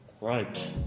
Right